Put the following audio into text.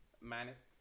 minus